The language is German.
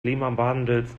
klimawandels